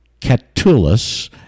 Catullus